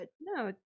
No